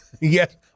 Yes